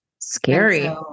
Scary